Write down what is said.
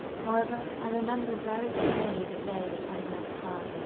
however, i remember very clearly the day that i met her.